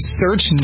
search